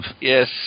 Yes